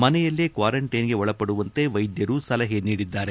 ಮನೆಯಲ್ಲೇ ಕ್ವಾರಂಟೈನ್ಗೆ ಒಳಪಡುವಂತೆ ವೈದ್ಯರು ಸಲಹೆ ನೀಡಿದ್ದಾರೆ